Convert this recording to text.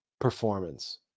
performance